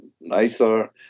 nicer